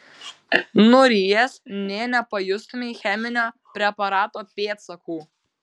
nurijęs nė nepajustumei cheminio preparato pėdsakų